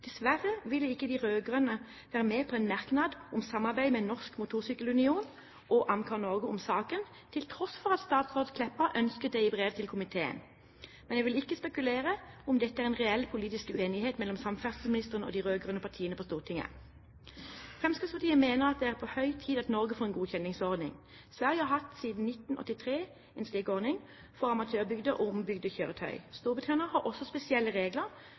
Dessverre ville ikke de rød-grønne være med på en merknad om samarbeid med Norsk Motorcykkel Union og AMCAR Norge om saken, til tross for at statsråd Kleppa ønsket det i brev til komiteen. Men jeg vil ikke spekulere i om dette er en reell politisk uenighet mellom samferdselsministeren og de rød-grønne partiene på Stortinget. Fremskrittspartiet mener at det er på høy tid at Norge får en godkjenningsordning. Sverige har siden 1983 hatt en slik ordning for amatørbygde og ombygde kjøretøy. Storbritannia har også spesielle regler